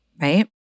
right